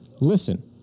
Listen